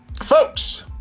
Folks